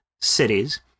cities